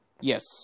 Yes